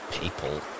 people